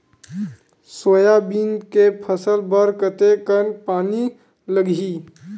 Soybean के फसल बर कतेक कन पानी लगही?